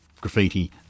graffiti